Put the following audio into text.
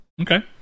Okay